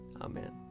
Amen